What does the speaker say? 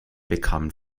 bekamen